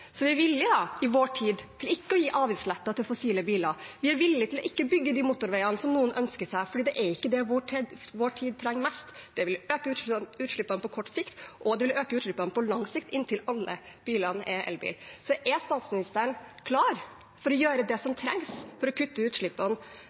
Så vi er villige, ja, i vår tid, til ikke å gi avgiftslette til fossile biler, vi er villige til ikke å bygge de motorveiene som noen ønsker seg, fordi det er ikke det vår tid trenger mest. Det vil øke utslippene på kort sikt, og det vil øke utslippene på lang sikt – inntil alle biler er elbiler. Så er statsministeren klar for å gjøre det som trengs for å kutte utslippene innen 2030 til de målene som